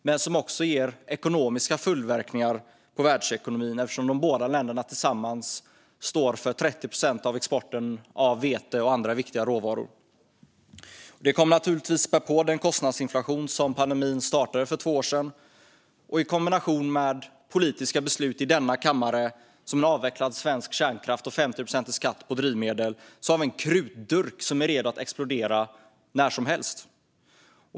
Den ger också ekonomiska följdverkningar på världsekonomin eftersom de båda länderna tillsammans står för 30 procent av exporten av vete och andra viktiga råvaror. Det kommer naturligtvis att spä på den kostnadsinflation som pandemin startade för två år sedan, och i kombination med politiska beslut i denna kammare, till exempel avvecklad svensk kärnkraft och 50 procent i skatt på drivmedel, finns en krutdurk redo att explodera när som helst.